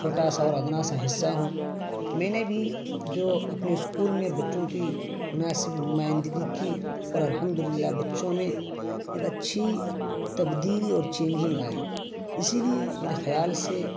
چھوٹا سا اور ادنا سا حصہ ہوں میں نے بھی جو اپنے اسکول میں بچوں کی مناسب نمائندگری کی اور الحمد للہ بچوں میں ایک اچھی تبدیلی اور چینجنگ آئی اسی لیے میرے خیال سے